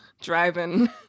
driving